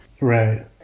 Right